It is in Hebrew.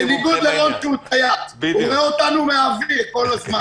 בניגוד לרון חולדאי שרואה אותנו מן האוויר כל הזמן.